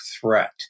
threat